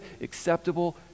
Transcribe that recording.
acceptable